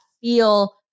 feel